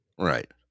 Right